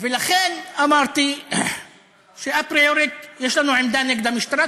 ולכן אמרתי שאפריורית יש לנו עמדה נגד המשטרה,